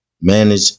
manage